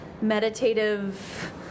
meditative